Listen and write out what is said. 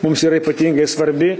mums yra ypatingai svarbi